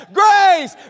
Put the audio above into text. grace